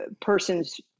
person's